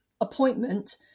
appointment